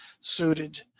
suited